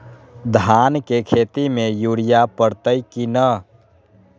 धान के खेती में यूरिया परतइ कि न?